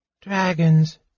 Dragons